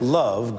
love